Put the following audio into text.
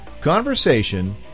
conversation